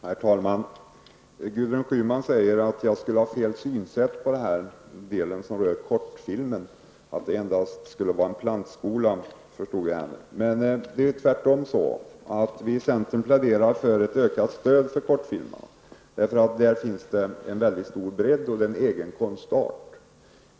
Herr talman! Gudrun Schyman säger att jag skulle ha fel synsätt när det gäller kortfilmen, att jag skulle ha sagt att det endast är en plantskola. Men det är tvärtom så att vi i centern pläderar för ett ökat stöd för kortfilmen, eftersom det på detta område finns en mycket stor bredd och det är en egen konstart.